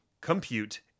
compute